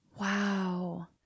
Wow